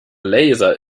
laser